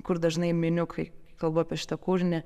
kur dažnai miniu kai kalbu apie šitą kūrinį